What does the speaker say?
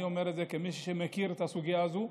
אני אומר את זה כמי שמכיר את הסוגיה הזאת,